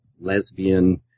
lesbian